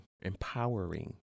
empowering